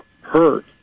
hurt